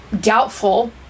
Doubtful